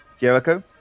Jericho